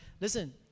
listen